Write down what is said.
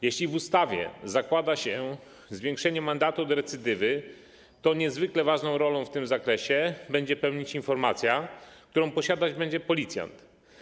Jeśli w ustawie zakłada się zwiększenie mandatu od recydywy, to niezwykle ważną rolę w tym zakresie będzie pełnić informacja, którą posiadać będzie policjant.